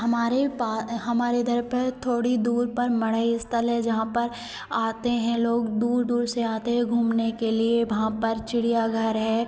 हमारे हमारे इधर पर थोड़ी दूर पर मढ़ई अस्थल है जहाँ पर आते हैं लोग दूर दूर से आते हैं घूमने के लिए वहाँ पर चिड़ियाँघर है